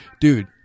Dude